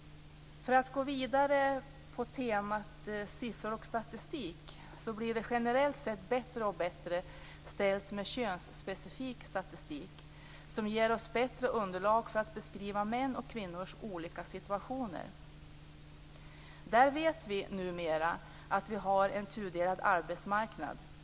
Jag skall gå vidare på temat siffror och statistik. Generellt sett blir det allt bättre ställt med könsspecifik statistik som ger oss bättre underlag för att beskriva mäns och kvinnors olika situation. Där vet vi numera att vi på flera sätt har en tudelad arbetsmarknad.